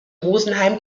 rosenheim